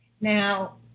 Now